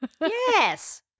Yes